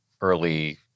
early